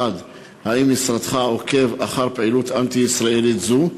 1. האם משרדך עוקב אחר פעילות אנטי-ישראלית זו?